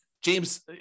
James